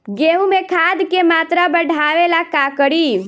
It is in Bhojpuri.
गेहूं में खाद के मात्रा बढ़ावेला का करी?